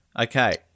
Okay